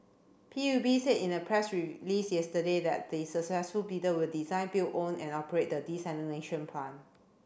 P U B said in a press release yesterday that the successful bidder will design build own and operate the desalination plant